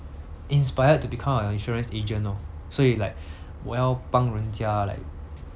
inspired to become a insurance agent lor 所以 like 我要帮人家 like